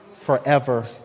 forever